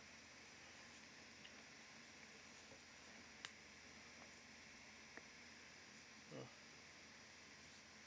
mm